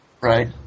Right